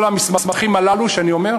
כל המסמכים הללו שאני אומר,